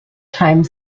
time